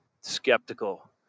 skeptical